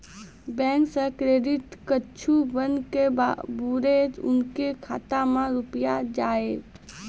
Bank से credit कद्दू बन के बुरे उनके खाता मे रुपिया जाएब?